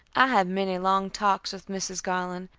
i had many long talks with mrs. garland,